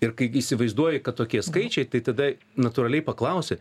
ir kai įsivaizduoji kad tokie skaičiai tai tada natūraliai paklausi